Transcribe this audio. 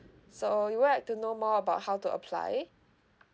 so you would like to know more about how to apply